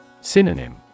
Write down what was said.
Synonym